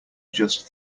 just